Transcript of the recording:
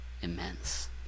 immense